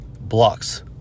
blocks